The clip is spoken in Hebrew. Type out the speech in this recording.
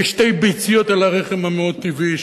כשתי ביציות על הרחם המאוד-טבעי,